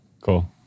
cool